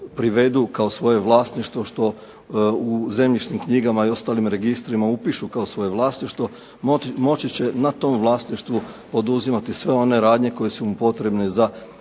privedu kao svoje vlasništvo, što u zemljišnim knjigama i ostalim registrima upišu kao svoje vlasništvo, moći će na tom vlasništvu poduzimati sve one radnje koje su mu potrebne za